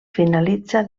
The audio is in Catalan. finalitza